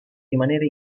rimanere